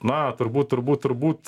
na turbūt turbūt turbūt